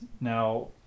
Now